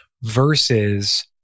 versus